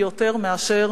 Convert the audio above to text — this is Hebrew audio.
יותר מאשר